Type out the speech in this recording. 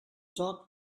talked